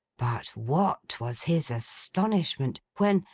but what was his astonishment when,